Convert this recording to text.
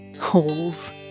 Holes